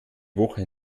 woche